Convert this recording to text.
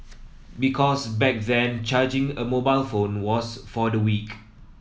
because back then charging a mobile phone was for the weak